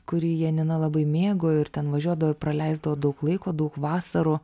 kurį janina labai mėgo ir ten važiuodavo ir praleisdavo daug laiko daug vasarų